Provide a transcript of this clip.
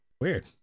weird